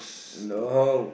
no